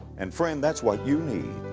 and friend, that's what you need,